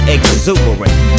Exuberant